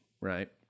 right